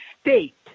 state